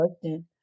question